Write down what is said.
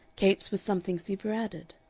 capes was something superadded.